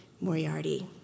Moriarty